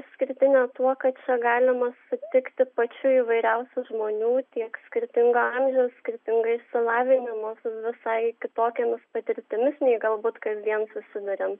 išskirtinė tuo kad čia galima sutikti pačių įvairiausių žmonių tiek skirtingo amžiaus skirtingo išsilavinimo visai kitokiomis patirtimis nei galbūt kasdien susiduriam